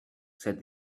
said